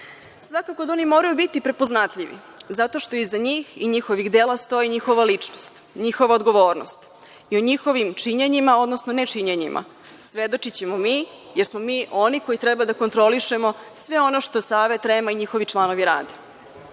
Svakako da oni moraju biti prepoznatljivi zato što iza njih i njihovih dela stoji njihova ličnosti, njihova odgovornost i o njihovom činjenju, odnosno nečinjenju, svedočićemo mi jer smo mi oni koji treba da kontrolišemo sve ono što Savet REM i njihovi članovi